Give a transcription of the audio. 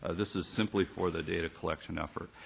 ah this is simply for the data collection effort.